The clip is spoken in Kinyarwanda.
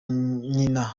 nyina